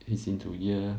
he's into ear